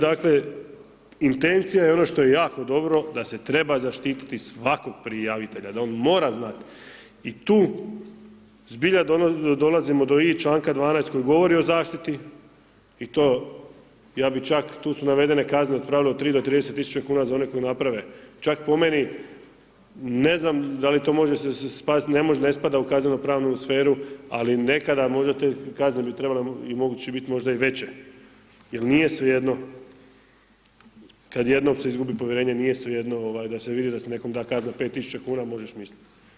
Dakle, intencija je ono što je jako dobro da se treba zaštiti svakog prijavitelja, da on mora znati i tu zbilja dolazimo do i članka 12. koji govori o zaštiti i to ja bi čak, tu su navedene kazne u pravilu od 3 do 30.000 kuna za one koji naprave, čak po meni ne znam da li to može spast, ne može, ne spada u kazneno pravnu sferu, ali nekada možda bi te kazne bi trebale i moguće bit i možda i veće jel nije svejedno kad jednom se izgubi povjerenje, nije svejedno da se vidi da se nekom da kazna 5.000 kuna, možeš mislit.